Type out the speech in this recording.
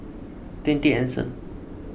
twenty Anson